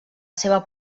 seva